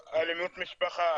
אלימות במשפחה,